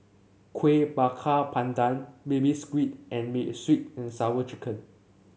Kuih Bakar Pandan Baby Squid and sweet and Sour Chicken